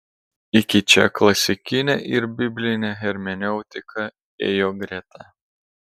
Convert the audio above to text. iki čia klasikinė ir biblinė hermeneutika ėjo greta